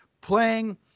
playing